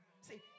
See